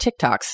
TikToks